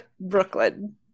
Brooklyn